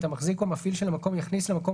המחזיק או המפעיל של המקום יכניס למקום